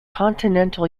continental